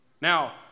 Now